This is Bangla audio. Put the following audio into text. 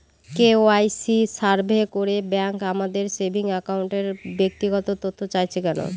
কে.ওয়াই.সি সার্ভে করে ব্যাংক আমাদের সেভিং অ্যাকাউন্টের ব্যক্তিগত তথ্য চাইছে কেন?